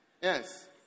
Yes